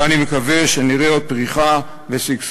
ואני מקווה שנראה עוד פריחה ושגשוג.